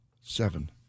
seven